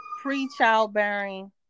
pre-childbearing